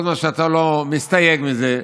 כל זמן שאתה לא מסתייג מזה,